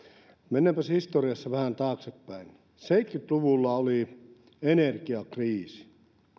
mennäänpäs historiassa vähän taaksepäin seitsemänkymmentä luvulla oli energiakriisi